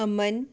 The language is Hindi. अमन